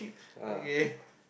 okay